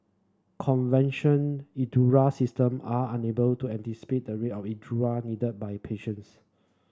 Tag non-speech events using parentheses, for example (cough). convention (unintelligible) system are unable to anticipate the rate of (unintelligible) needed by patients